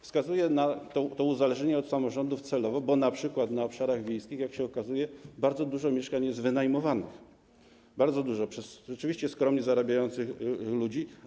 Wskazuję na to uzależnienie od samorządów celowo, bo np. na obszarach wiejskich, jak się okazuje, bardzo dużo mieszkań jest wynajmowanych, bardzo dużo, przez rzeczywiście skromnie zarabiających ludzi.